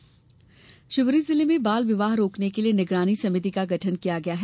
बाल विवाह समिति शिवपुरी जिले में बाल विवाह रोकने के लिए निगरानी समिति का गठन किया गया है